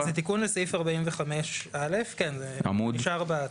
זה תיקון לסעיף 45(א), כן זה נשאר בהצעה?